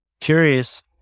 curious